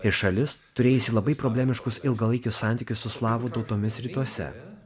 ir šalis turėjusi labai problemiškus ilgalaikius santykius su slavų tautomis rytuose